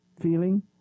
feeling